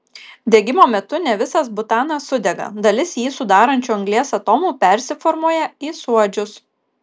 degimo metu ne visas butanas sudega dalis jį sudarančių anglies atomų persiformuoja į suodžius